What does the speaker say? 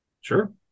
Sure